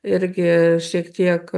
irgi šiek tiek